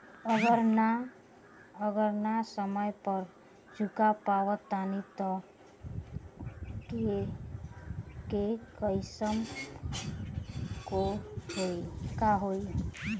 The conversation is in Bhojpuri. अगर ना समय पर चुका पावत बानी तब के केसमे का होई?